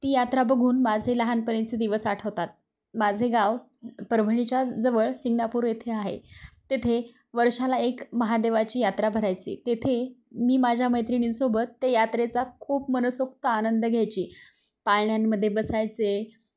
ती यात्रा बघून माझे लहानपणीचे दिवस आठवतात माझे गाव परभणीच्या जवळ सिंगनाापूर येथे आहे तेथे वर्षाला एक महादेवाची यात्रा भरायची तेथे मी माझ्या मैत्रिणींसोबत ते यात्रेचा खूप मनसोक्त आनंद घ्यायची पाळण्यांमध्येे बसायचे